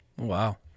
Wow